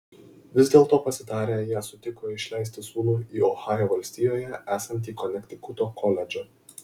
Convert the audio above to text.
vis dėlto pasitarę jie sutiko išleisti sūnų į ohajo valstijoje esantį konektikuto koledžą